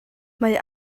mae